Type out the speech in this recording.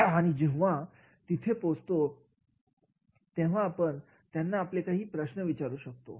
आणि जेव्हा आपण तिथे पोहोचतो तेव्हा आपण त्यांना आपले काही प्रश्न विचारू शकतो